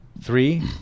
Three